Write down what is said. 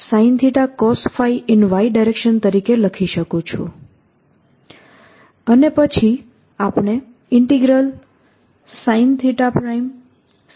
KK sinθ sinϕ K sinθ cosϕ અને પછી આપણે sinsinϕ|r R| જેવા એક ઇંટીગ્રલ પર આવ્યા